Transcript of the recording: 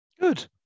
Good